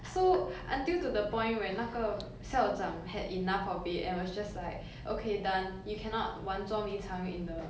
so until to the point where 那个校长 had enough of it and was just like okay done you cannot 玩捉迷藏 in the